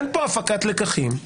אין פה הפקת לקחים.